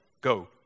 Go